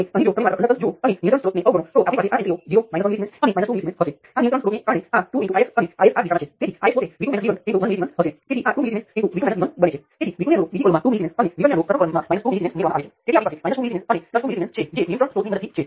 હવે કરંટ નિયંત્રિત કરંટ સ્ત્રોત પોતે જ અંકુશ રજૂ કરે છે આપણે અહીંનો અને ત્યાંનો કરંટ જાણીએ છીએ જેની બરાબર આ કરંટ છે